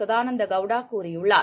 சதானந்தகௌடாகூறியுள்ளார்